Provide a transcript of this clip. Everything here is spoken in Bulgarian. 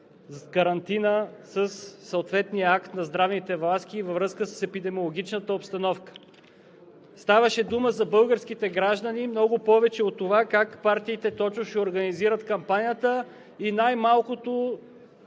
карантина със съответния акт на здравните власти във връзка с епидемиологичната обстановка. Ставаше дума за българските граждани много повече от това как точно партиите ще организират кампанията и най-малко